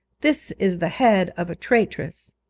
this is the head of a traitress